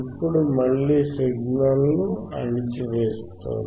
ఇప్పుడు మళ్ళీ సిగ్నల్ ను అణచివేస్తోంది